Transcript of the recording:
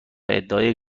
ادعای